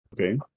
Okay